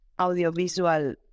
audiovisual